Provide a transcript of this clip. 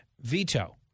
veto